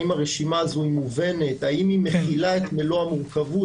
האם הרשימה הזאת היא מובנת ומכילה את מלוא המורכבות